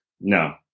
No